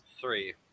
three